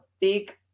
big